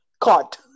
caught